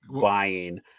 buying